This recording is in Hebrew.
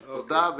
אז תודה.